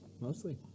Mostly